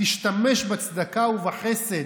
תשתמש בצדקה ובחסד,